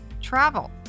Travel